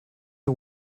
are